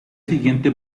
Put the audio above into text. siguiente